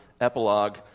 epilogue